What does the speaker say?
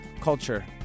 culture